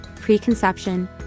preconception